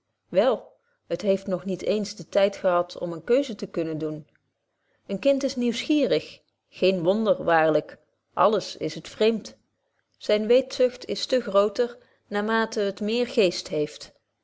wel het heeft nog niet eens den tyd gehad om eene keuze te kunnen doen een kind is nieuwsgierig geen wonder waarlyk alles is het vreemd zyne weetzucht is te grooter naarmate het meer geest heeft